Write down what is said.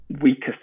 weakest